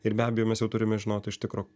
ir be abejo mes jau turime žinoti iš tikro